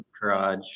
garage